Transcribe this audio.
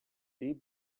deep